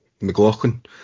McLaughlin